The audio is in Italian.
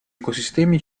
ecosistemi